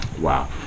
Wow